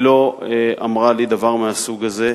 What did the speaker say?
היא לא אמרה לי דבר מהסוג הזה.